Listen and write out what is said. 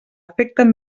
afecten